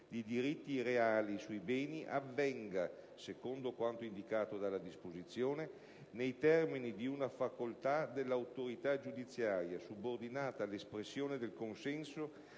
di diritti reali sui beni avvenga, secondo quanto indicato dalla disposizione, nei termini di una facoltà dell'autorità giudiziaria, subordinata all'espressione del consenso